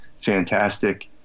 fantastic